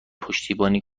پشتیبانی